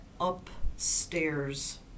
upstairs